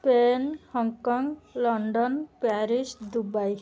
Spain Hong Kong London Paris Dubai